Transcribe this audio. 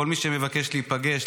כל מי שמבקש להיפגש,